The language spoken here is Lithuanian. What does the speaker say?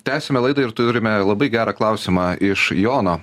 tęsiame laidą ir turime labai gerą klausimą iš jono